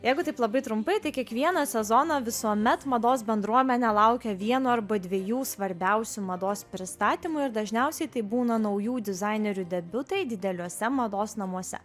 jeigu taip labai trumpai tai kiekvieną sezoną visuomet mados bendruomenė laukia vieno arba dviejų svarbiausių mados pristatymų ir dažniausiai tai būna naujų dizainerių debiutai dideliuose mados namuose